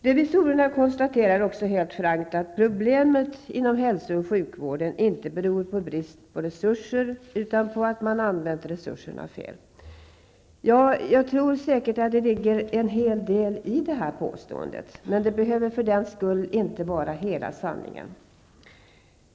Revisorerna konstaterar också helt frankt att problemet inom hälso och sjukvården inte beror på brist på resurser utan på att man använt resurserna fel. Jag tror säkert att det ligger en hel del i det påståendet, men det behöver för den skull inte vara hela sanningen.